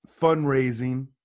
fundraising